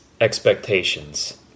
expectations